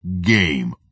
Game